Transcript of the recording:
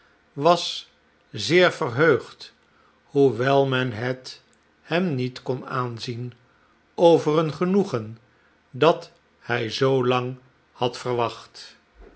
was zeer yerheugd hoewel men het hem niet kon aanzien over een genoegen dat hij zoolang had verwacht